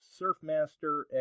Surfmaster